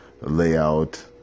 layout